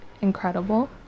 incredible